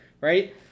right